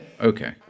okay